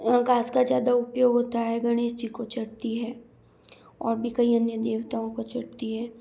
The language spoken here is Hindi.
घास का ज़्यादा उपयोग होता है गणेश जी को चढ़ती है और भी कई अन्य देवताओं को चढ़ती है